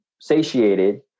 satiated